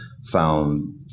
found